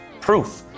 Proof